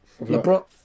LeBron